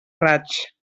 raig